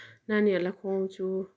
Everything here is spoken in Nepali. नानीहरूलाई खुवाउँछु